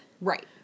Right